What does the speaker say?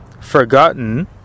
forgotten